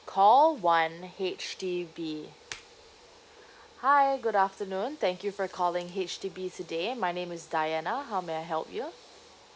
call one H_D_B hi good afternoon thank you for calling H_D_B today my name is diana how may I help you